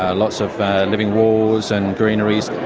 ah lots of living walls and greeneries.